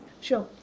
Sure